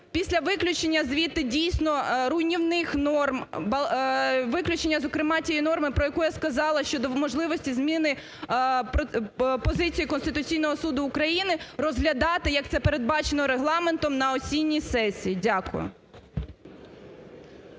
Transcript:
після виключення звідти, дійсно руйнівних норм, виключення, зокрема, тієї норми, про яку я сказала, щодо можливості зміни позицій Конституційного Суду України розглядати як це передбачено Регламентом на осінній сесії. Дякую.